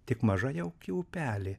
tik maža jauki upelė